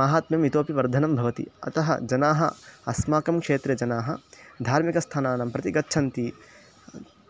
माहात्म्यम् इतोपि वर्धनं भवति अतः जनाः अस्माकं क्षेत्रे जनाः धार्मिकस्थानानां प्रति गच्छन्ति